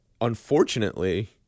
unfortunately